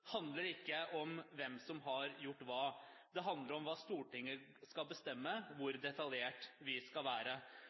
handler ikke om hvem som har gjort hva. Den handler om hva Stortinget skal bestemme, og hvor detaljert vi skal være.